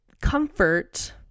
comfort